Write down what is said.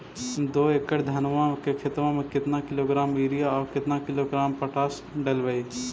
दो एकड़ धनमा के खेतबा में केतना किलोग्राम युरिया और केतना किलोग्राम पोटास खाद डलबई?